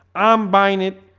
i'm buying it.